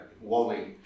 Wally